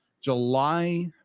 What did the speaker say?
july